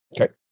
Okay